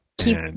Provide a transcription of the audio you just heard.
Keep